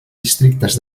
districtes